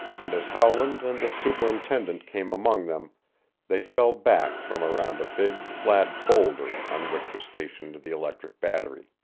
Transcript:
and as howland and the superintendent came among them they fell back from around a big, flat boulder on which was stationed the electric battery.